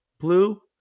blue